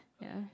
ya